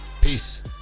peace